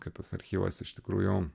kad pas archyvas iš tikrųjų